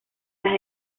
las